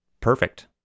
Perfect